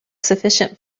sufficient